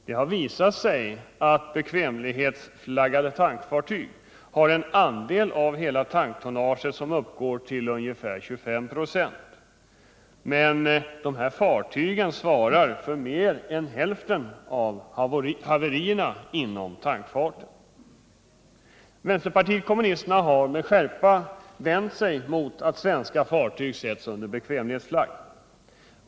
Det har visat sig att bekvämlighetsflaggade tankfartyg har en andel av hela tanktonnaget som uppgår till ungefär 25 96. Men dessa tankfartyg svarar för mer än hälften av haverierna inom tankfarten. Vänsterpartiet kommunisterna har med skärpa vänt sig mot att svenska fartyg sätts under bekvämlighetsflagg.